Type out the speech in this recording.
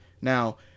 Now